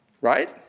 right